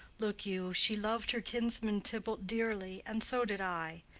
look you, she lov'd her kinsman tybalt dearly, and so did i.